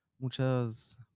muchas